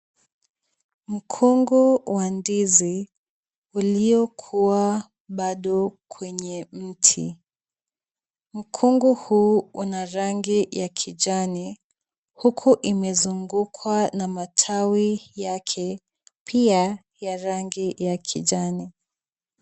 Mkungu wa ndizi uliokua bado kwenye mti ,mkungu huu una rangi ya kijani, huku imezungukwa na matawi yake ,pia ya rangi ya kijani .